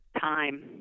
Time